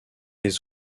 les